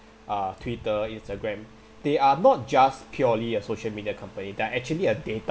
uh twitter instagram they are not just purely a social media company they are actually a data